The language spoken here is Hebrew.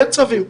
יש צווים,